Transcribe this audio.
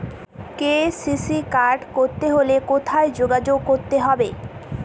KCC card করতে হলে কোথায় যোগাযোগ করতে হবে?